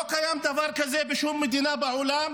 לא קיים דבר כזה בשום מדינה בעולם